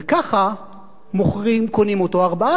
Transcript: וככה קונים אותו ארבעה.